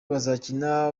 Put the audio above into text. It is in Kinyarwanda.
bazakina